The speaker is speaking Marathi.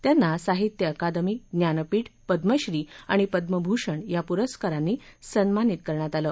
त्यांना साहित्य अकादमी ज्ञानपीठ पद्यश्री आणि पद्यभूषण या पुरस्कारांनी सन्मानित करण्यात आलं